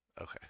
Okay